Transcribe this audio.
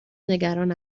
نگران